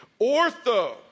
Ortho